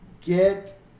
Get